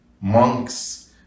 monks